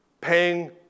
paying